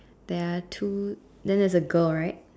there are two then there's a girl right